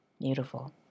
Beautiful